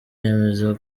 yemeza